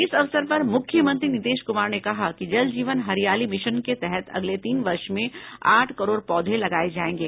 इस अवसर पर मुख्यमंत्री नीतीश कुमार ने कहा कि जल जीवन हरियाली मिशन के तहत अगले तीन वर्ष में आठ करोड पौधे लगाये जायेंगे